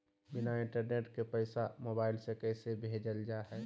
बिना इंटरनेट के पैसा मोबाइल से कैसे भेजल जा है?